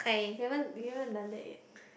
we haven't we haven't done that yet